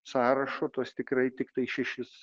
sąrašo tuos tikrai tiktai šešis